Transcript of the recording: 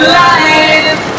life